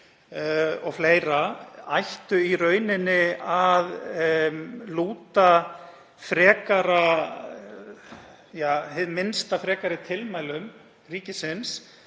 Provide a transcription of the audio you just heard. og fleira, ættu í rauninni að lúta hið minnsta frekari tilmælum ríkisins